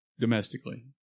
domestically